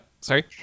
sorry